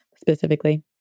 specifically